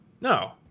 No